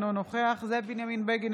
אינו נוכח זאב בנימין בגין,